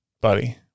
buddy